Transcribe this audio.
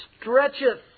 stretcheth